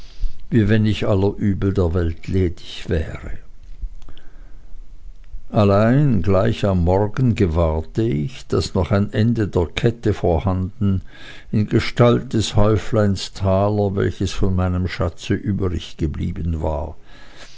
wie wenn ich aller übel der welt ledig wäre allein gleich am morgen gewahrte ich daß noch ein ende der kette vorhanden in gestalt des häufleins taler welches von meinem schatze übriggeblieben war